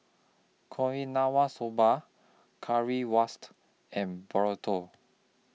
Soba Currywurst and Burrito